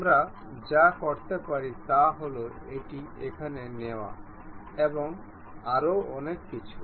আমরা যা করতে পারি তা হল এটি এখানে নেওয়া এবং আরও অনেক কিছু